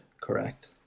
Correct